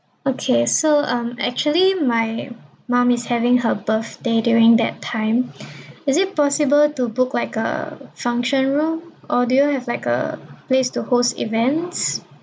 okay so um actually my mom is having her birthday during that time is it possible to book like a function room or do you have like a place to host events